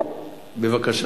בבקשה.